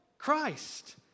Christ